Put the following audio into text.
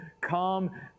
come